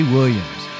Williams